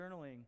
journaling